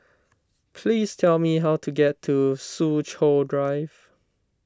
please tell me how to get to Soo Chow Drive